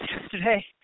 yesterday